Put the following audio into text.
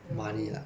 I don't want go